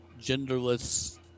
genderless